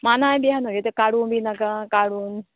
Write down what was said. मानाय बी आहा न्हू तें काडूं बी नाका काडून